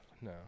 no